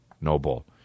noble